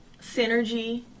Synergy